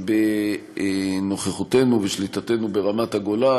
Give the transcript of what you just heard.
בנוכחותנו ובשליטתנו ברמת-הגולן.